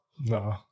No